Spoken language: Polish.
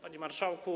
Panie Marszałku!